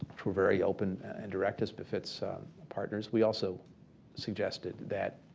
which were very open and direct as befits partners, we also suggested that